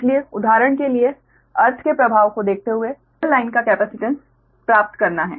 इसलिए उदाहरण के लिए अर्थ के प्रभाव को देखते हुए सिंगल फेस लाइन का कैपेसिटेंस प्राप्त करना है